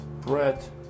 Brett